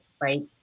right